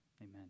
Amen